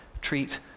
treat